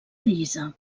llisa